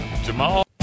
Jamal